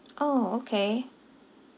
orh okay